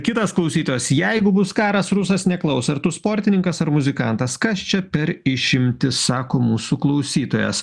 kitas klausytojas jeigu bus karas rusas neklaus ar tu sportininkas ar muzikantas kas čia per išimtis sako mūsų klausytojas